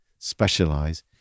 specialize